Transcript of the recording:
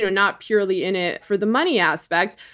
not purely in it for the money aspect,